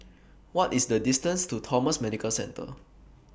What IS The distance to Thomson Medical Centre